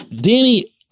Danny